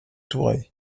touré